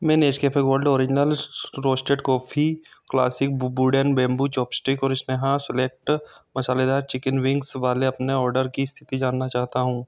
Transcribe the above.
मैं Nescafe gold original roasted coffee classic wooden bamboo chopstick और Sneha select मसालेदार chicken wings वाले अपने ऑर्डर की स्थिति जानना चाहता हूँ